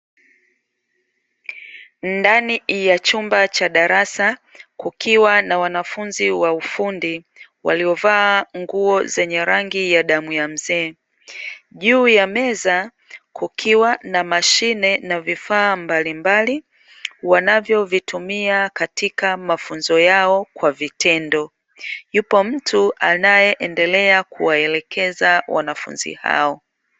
Ndani ya chumba cha darasa kukiwa na wanafunzi wa ufundi waliovaa nguo zenye rangi ya damu ya mzee. Juu ya meza kukiwa na mashine na vifaa mbalimbali wanavyovitumia katika mafunzo yao kwa vitendo, yupo mtu anae endelea kuwaelekeza wanafunzi hao.